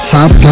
Top